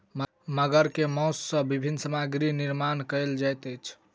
मगर के मौस सॅ विभिन्न सामग्री निर्माण कयल जाइत अछि